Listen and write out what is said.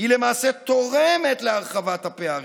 היא למעשה תורמת להרחבת הפערים,